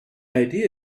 idea